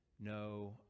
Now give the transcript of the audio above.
no